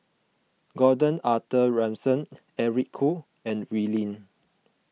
Gordon Arthur Ransome Eric Khoo and Wee Lin